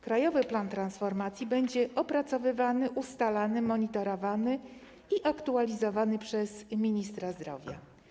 Krajowy plan transformacji będzie opracowywany, ustalany, monitorowany i aktualizowany przez ministra zdrowia.